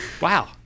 wow